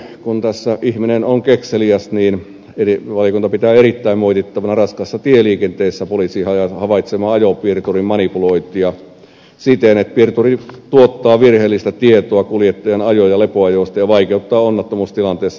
kun tässä ihminen on kekseliäs niin valiokunta pitää erittäin moitittavana raskaassa tieliikenteessä poliisin havaitsemaa ajopiirturin manipulointia siten että piirturi tuottaa virheellistä tietoa kuljettajan ajo ja lepoajoista ja vaikeuttaa myös tutkintaa onnettomuustilanteessa